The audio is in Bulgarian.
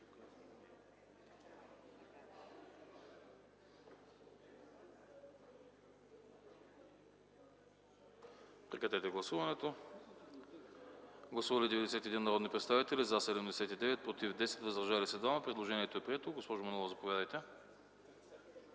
представител Тодор Димитров. Гласували 91 народни представители: за 79, против 10, въздържали се 2. Предложението е прието. Госпожо Манолова, заповядайте.